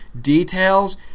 details